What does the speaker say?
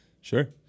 Sure